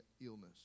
illness